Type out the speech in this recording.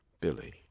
Billy